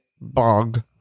Bog